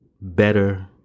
better